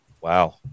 Wow